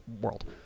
world